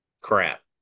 crap